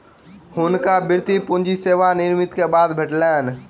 हुनका वृति पूंजी सेवा निवृति के बाद भेटलैन